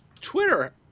Twitter